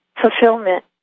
fulfillment